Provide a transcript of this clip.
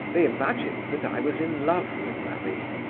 they imagined that i was in love with marie,